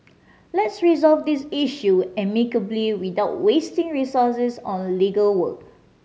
let's resolve this issue amicably without wasting resources on legal work